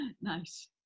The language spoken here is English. Nice